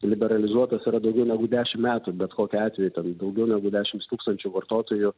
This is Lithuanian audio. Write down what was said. liberalizuotas yra daugiau negu dešimt metų bet kokiu atveju ten daugiau negu dešimt tūkstančių vartotojų